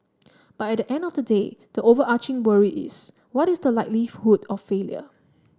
but at the end of the day the overarching worry is what is the likelihood of failure